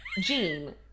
Gene